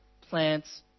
plants